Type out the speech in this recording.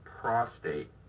prostate